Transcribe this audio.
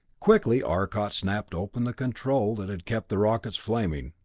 quickly arcot snapped open the control that had kept the rockets flaming,